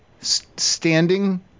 standing